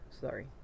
Sorry